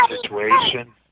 situation